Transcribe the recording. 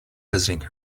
visiting